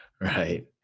Right